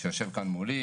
מנהל הבטיחות שיושב מולי.